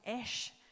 ish